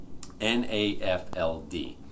NAFLD